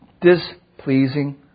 displeasing